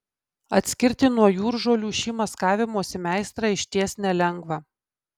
atskirti nuo jūržolių šį maskavimosi meistrą išties nelengva